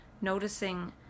noticing